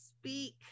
speak